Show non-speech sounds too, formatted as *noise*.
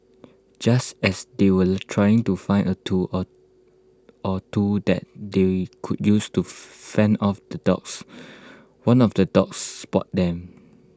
just as they *unintelligible* were trying to find A tool or or two that they could use to *unintelligible* fend off the dogs one of the dogs spotted them